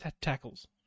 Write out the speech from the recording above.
Tackles